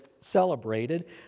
celebrated